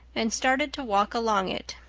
and started to walk along it,